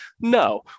No